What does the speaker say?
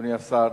אדוני השר,